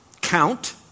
count